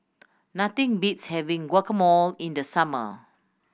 nothing beats having Guacamole in the summer